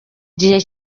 gihe